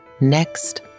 next